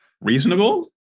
reasonable